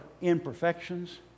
imperfections